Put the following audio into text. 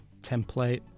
template